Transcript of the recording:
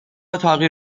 اتاقی